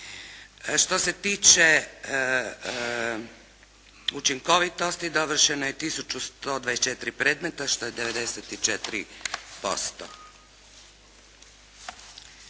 Što se tiče učinkovitosti dovršeno je tisuću 124 predmeta što je 94%.